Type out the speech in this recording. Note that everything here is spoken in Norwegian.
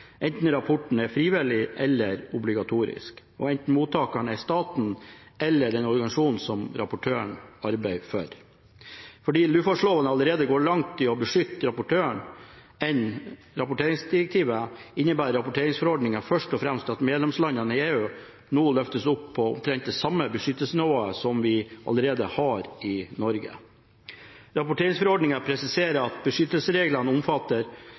enten rapporten er frivillig eller obligatorisk, og enten mottakeren er staten eller den organisasjonen som rapportøren arbeider for. Fordi luftfartsloven allerede går lenger i å beskytte rapportøren enn rapporteringsdirektivet, innebærer rapporteringsforordningen først og fremst at medlemslandene i EU nå løftes opp på omtrent det samme beskyttelsesnivået som vi allerede har i Norge. Rapporteringsforordningen presiserer at beskyttelsesreglene omfatter